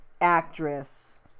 actress